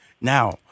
Now